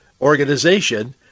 organization